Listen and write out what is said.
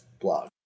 blog